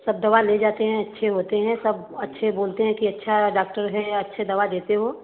सब दवा ले जाते हैं अच्छे होते हैं सब अच्छे बोलते हैं कि अच्छा डाक्टर है अच्छी दवा देते हो